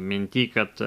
minty kad